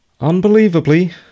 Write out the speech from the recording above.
Unbelievably